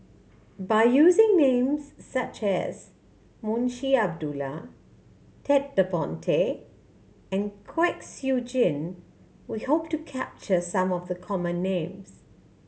by using names such as Munshi Abdullah Ted De Ponti and Kwek Siew Jin we hope to capture some of the common names